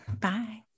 Bye